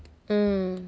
mm